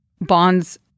bonds